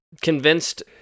convinced